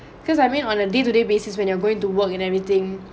because I mean on a day to day basis when you're going to work and everything